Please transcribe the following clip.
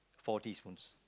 four teaspoons